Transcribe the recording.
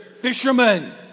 fishermen